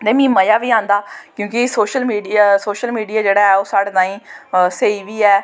ते मिगी मज़ा बी आंदा क्योंकि सोशल मीडिया सोशल मीडिया साढ़े ताईं स्हेई बी ऐ ते